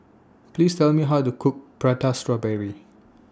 Please Tell Me How to Cook Prata Strawberry